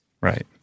Right